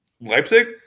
Leipzig